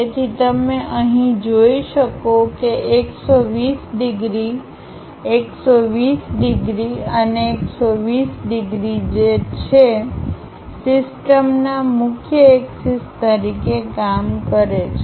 તેથી તમે અહીં જોઈ શકો કે 120 ડિગ્રી 120 ડિગ્રી અને 120 ડિગ્રી છે જે સિસ્ટમના મુખ્ય એક્સિસ તરીકે કામ કરે છે